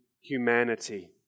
humanity